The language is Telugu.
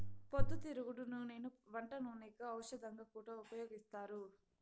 పొద్దుతిరుగుడు నూనెను వంట నూనెగా, ఔషధంగా కూడా ఉపయోగిత్తారు